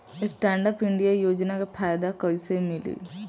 Stand up India योजना के फायदा कैसे मिली?